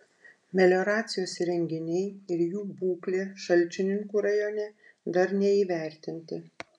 melioracijos įrenginiai ir jų būklė šalčininkų rajone dar neįvertinti